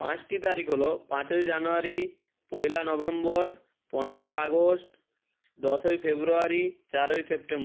পাঁচটি তারিখ হলো পাঁচোই জানুয়ারি পয়লা নভেম্বর পনেরোই আগস্ট দশই ফেব্রুয়ারি চারোই সেপ্টেম্বর